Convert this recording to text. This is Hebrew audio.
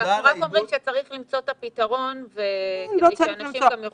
אנחנו רק אומרים שצריך למצוא את הפתרון כדי שאנשים גם יוכלו --- לא,